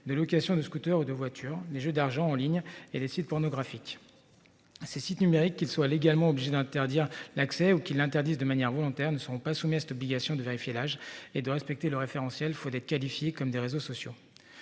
de location de scooter ou de voitures les jeux d'argent en ligne et les sites pornographiques. Ces sites numériques qu'ils soient légalement obligé d'interdire l'accès ou qui l'interdisent de manière volontaire ne sont pas soumis à cette obligation de vérifier l'âge et de respecter le référentiel faut d'être qualifié comme des réseaux sociaux.